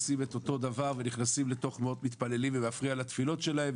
עושים את אותו דבר ונכנסים לתוך מאות מתפללים ומפריעים לתפילות שלהם,